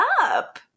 up